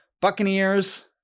Buccaneers